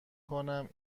کنید